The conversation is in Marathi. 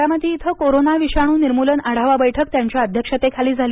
बारामती इथंकोरोना विषाणू निर्मूलन आढावा बैठक त्यांच्या अध्यक्षतेखाली झाली